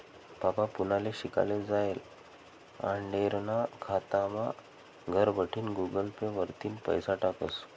बाबा पुनाले शिकाले जायेल आंडेरना खातामा घरबठीन गुगल पे वरतीन पैसा टाकस